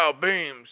beams